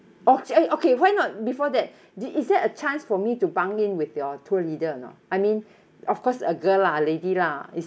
oh okay why not before that the is there a chance for me to bunk in with your tour leader or not I mean of course a girl lah a lady lah